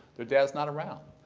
their dad's not around.